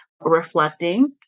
Reflecting